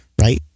right